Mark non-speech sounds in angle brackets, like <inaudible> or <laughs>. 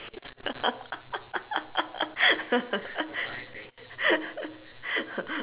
<laughs>